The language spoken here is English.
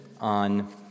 on